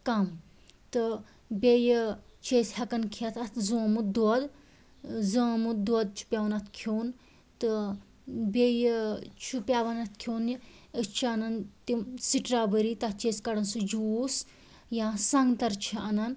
کم تہٕ بیٚیہِ چھِ أسۍ ہٮ۪کَان کھٮ۪تھ اَتھ زامُت دۄد زامُت دۄد چھُ پٮ۪وان اَتھ کھیوٚن تہٕ بیٚیہِ چھُ پٮ۪وان اَتھ کھیوٚن یہِ أسۍ چھِ اَنان تِم سِٹرٛابٔری تَتھ چھِ أسۍ کَڑان سُہ جوٗس یا سنٛگتر چھِ اَنان